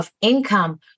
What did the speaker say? income